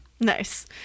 nice